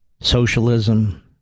socialism